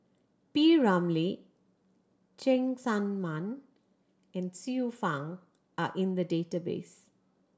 P Ramlee Cheng Tsang Man and Xiu Fang are in the database